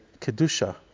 Kedusha